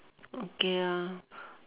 okay ah